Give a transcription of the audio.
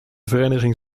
vereniging